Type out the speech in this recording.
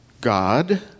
God